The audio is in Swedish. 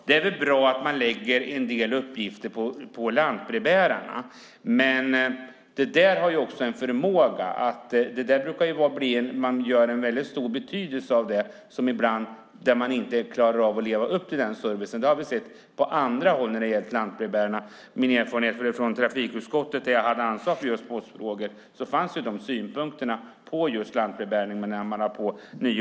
Det är väl bra att man lägger en del uppgifter på lantbrevbärarna, men det är inte alltid de klarar att leva upp till servicekraven, och det har man ibland fäst stor betydelse vid. När jag satt i trafikutskottet med ansvar för just postfrågor fick jag ta del av just sådana synpunkter på lantbrevbäringen.